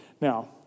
Now